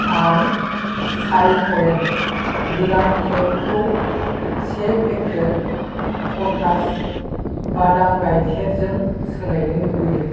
आं चाइ पइन्ट गोरान केकखौ से पेकेट कथास बादाम गायखेरजों सोलायनो लुबैदों